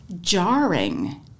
jarring